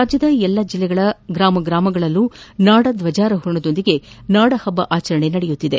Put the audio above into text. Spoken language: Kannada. ರಾಜ್ಯದ ಎಲ್ಲಾ ಜೆಲ್ಲೆಗಳ ಗ್ರಾಮ ಗ್ರಾಮಗಳಲ್ಲೂ ನಾಡಧ್ವಜಾರೋಹಣದೊಂದಿಗೆ ನಾಡಹಬ್ಲ ಆಚರಣೆ ನಡೆಯುತ್ತಿದೆ